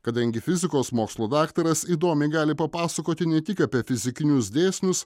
kadangi fizikos mokslų daktaras įdomiai gali papasakoti ne tik apie fizikinius dėsnius